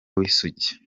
w’isugi